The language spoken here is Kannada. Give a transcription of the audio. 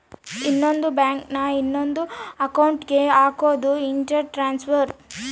ಇನ್ನೊಂದ್ ಬ್ಯಾಂಕ್ ನ ಇನೊಂದ್ ಅಕೌಂಟ್ ಗೆ ಹಕೋದು ಇಂಟರ್ ಟ್ರಾನ್ಸ್ಫರ್